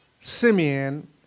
Simeon